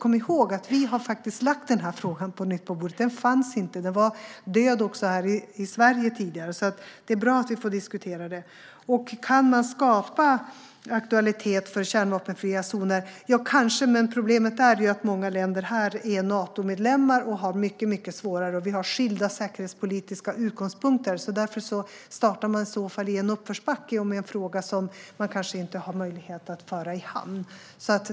Kom ihåg att vi har lagt den här frågan på bordet på nytt! Den fanns inte tidigare utan var död också här i Sverige. Det är bra att vi får diskutera den. Kan man skapa aktualitet för kärnvapenfria zoner? Ja, kanske, men problemet är att många länder är Natomedlemmar och har det mycket svårare. Vi har skilda säkerhetspolitiska utgångspunkter. Därför startar man i så fall i en uppförsbacke med en fråga som man kanske inte har möjlighet att föra i hamn.